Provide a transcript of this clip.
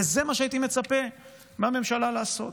וזה מה שהייתי מצפה מהממשלה לעשות.